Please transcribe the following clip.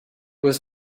was